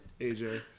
AJ